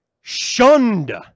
shunned